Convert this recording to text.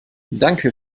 danke